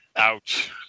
Ouch